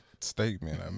statement